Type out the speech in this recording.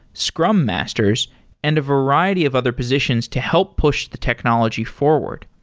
scrum masters and a variety of other positions to help push the technology forward.